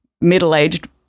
middle-aged